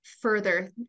further